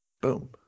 boom